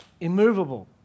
immovable